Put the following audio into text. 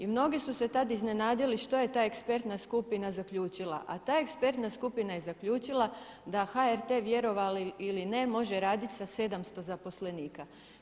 I mnogi su se tada iznenadili što je ta ekspertna skupina zaključila, a ta ekspertna skupina je zaključila da HRT vjerovali ili ne može raditi sa 700 zaposlenika.